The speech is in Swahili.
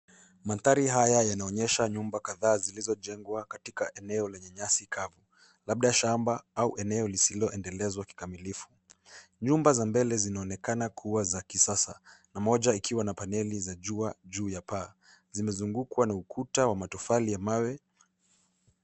Mandhari haya yanaonyesha nyumba kadhaa zilizojengwa katika eneo lenye nyasi kavua, labda shamba au eneo lisiloendelezwa kikamilifu. Nyumba za mbele zinaonekana kua za kisasa, na moja ikiwa na paneli za jua juu ya paa. Zimezungukwa na ukuta wa matofali ya mawe.